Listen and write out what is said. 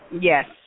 Yes